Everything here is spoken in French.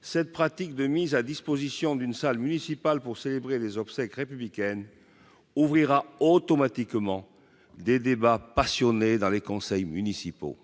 cette pratique de mise à disposition d'une salle municipale pour célébrer les obsèques républicaine ouvrira automatiquement des débats passionnés dans les conseils municipaux.